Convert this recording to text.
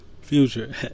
Future